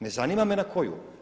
Ne zanima me na koju.